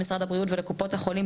למשרד הבריאות ולקופות החולים,